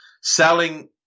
Selling